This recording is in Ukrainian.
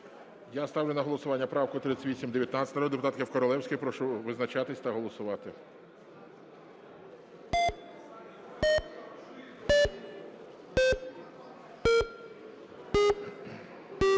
Ставлю на голосування правку 3831 народної депутатки Королевської. Прошу визначатися та голосувати.